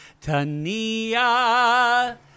Tania